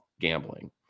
gambling